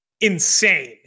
insane